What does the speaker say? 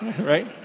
right